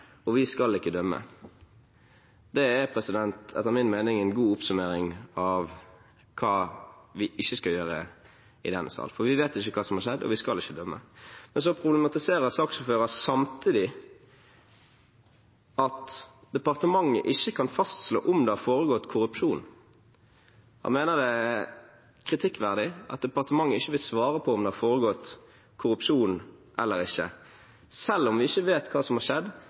og vi skal ikke dømme. Det er, etter min mening, en god oppsummering av hva vi ikke skal gjøre i denne sal, for vi vet ikke hva som har skjedd, og vi skal ikke dømme. Så problematiserer saksordføreren samtidig at departementet ikke kan fastslå om det har foregått korrupsjon. Han mener det er kritikkverdig at departementet ikke vil svare på om det har foregått korrupsjon eller ikke – selv om vi ikke vet hva som har skjedd,